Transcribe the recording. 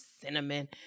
cinnamon